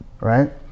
right